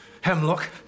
Hemlock